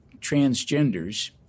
transgenders